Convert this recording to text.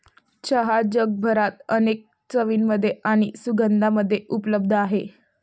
चहा जगभरात अनेक चवींमध्ये आणि सुगंधांमध्ये उपलब्ध आहे